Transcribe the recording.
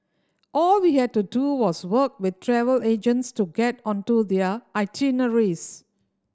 all we had to do was work with travel agents to get onto their itineraries